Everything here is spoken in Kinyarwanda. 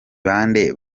bande